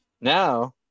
Now